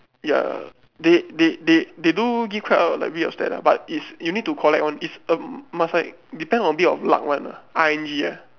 ya they they they they do give quite out a little of stat lah but is you need to collect [one] it um must like depend a bit of luck one lah I N G ah